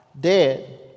dead